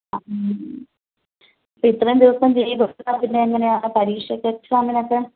ആ ഇപ്പം ഇത്രയും ദിവസം ലീവ് എടുത്താൽ പിന്നെ എങ്ങനെയാണ് പരീക്ഷയ്ക്ക് എക്സാമിനൊക്കെ